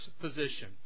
position